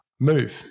move